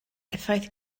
effaith